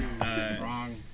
Wrong